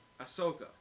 Ahsoka